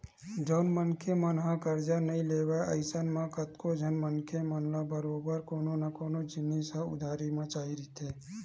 जउन मनखे मन ह करजा नइ लेवय अइसन म कतको झन मनखे मन ल बरोबर कोनो न कोनो जिनिस ह उधारी म चाही रहिथे